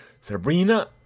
Sabrina